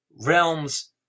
realms